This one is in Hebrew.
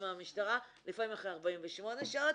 לפעמים גם אחרי 48 שעות,